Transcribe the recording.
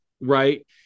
Right